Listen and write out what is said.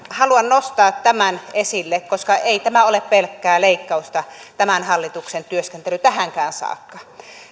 haluan nostaa tämän esille koska ei tämä ole pelkkää leikkausta tämän hallituksen työskentely ollut tähänkään saakka